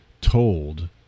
told